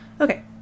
Okay